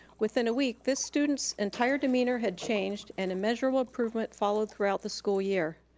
within a week, this student's entire demeanor had changed and a measurable improvement followed throughout the school year.